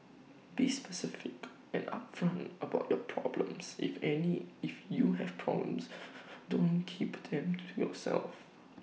be specific and upfront about your problems if any if you have problems don't keep them to yourself